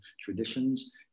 traditions